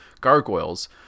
gargoyles